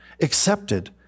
accepted